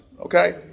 okay